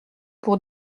pour